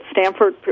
Stanford